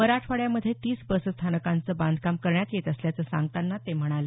मराठवाड्यामध्ये तीस बसस्थानकांचं बांधकाम करण्यात येत असल्याचं सांगतांना ते म्हणाले